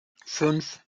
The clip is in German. fünf